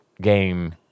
game